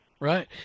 Right